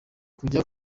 kujya